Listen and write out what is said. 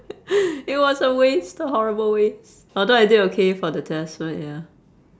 it was a waste a horrible waste although I did okay for the test but ya